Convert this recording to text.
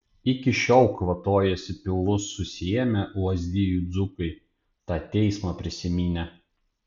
iki šiol kvatojasi pilvus susiėmę lazdijų dzūkai tą teismą prisiminę